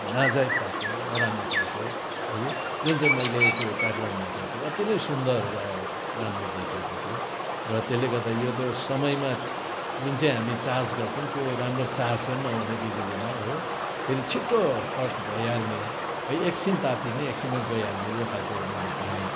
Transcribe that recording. नाजायज टाइपको नराम्रो खालको हगी जुन चाहिँ मैले त्यो क्याटलकमा हेरेको थिएँ अति नै सुन्दर राम्रो देखिएको थियो र त्यसले गर्दा यो त समयमा जुन चाहिँ हामी चार्ज गर्छौँ त्यो राम्रो चार्ज पनि नहुने बिजुलीमा हो फेरि छिट्टो कट् भइहाल्ने एकछिन तात्तिने एकछिनमा गइहाल्ने यो खालको मैले पाएँ